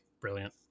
Brilliant